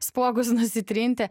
spuogus nusitrinti